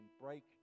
break